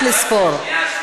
סליחה,